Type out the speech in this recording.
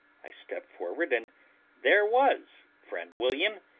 i stepped forward, and there was friend william,